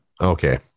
okay